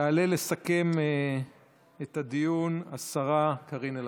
תעלה לסכם את הדיון השרה קארין אלהרר.